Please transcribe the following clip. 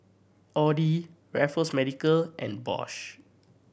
Audi Raffles Medical and Bosch